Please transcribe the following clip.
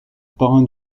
parrain